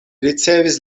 ricevis